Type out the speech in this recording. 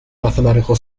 mathematical